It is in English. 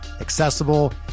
accessible